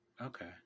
Okay